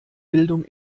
bildung